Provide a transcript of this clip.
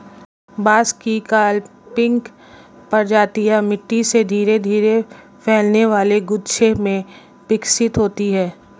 बांस की क्लंपिंग प्रजातियां मिट्टी से धीरे धीरे फैलने वाले गुच्छे में विकसित होती हैं